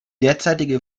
derzeitige